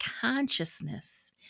consciousness